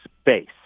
space